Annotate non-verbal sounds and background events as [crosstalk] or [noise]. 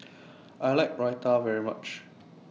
I like Raita very much [noise]